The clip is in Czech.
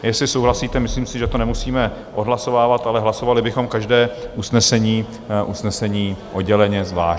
Jestli souhlasíte, myslím si, že to nemusíme odhlasovávat, ale hlasovali bychom každé usnesení odděleně, zvlášť.